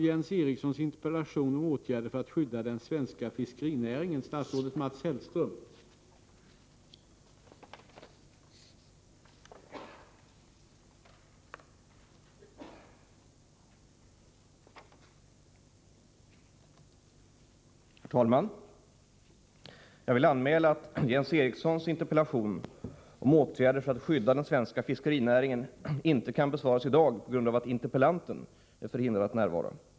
Jag vill anmäla att Jens Erikssons interpellation om åtgärder för att skydda den svenska fiskerinäringen inte kan besvaras i dag på grund av att interpellanten är förhindrad att närvara.